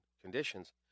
conditions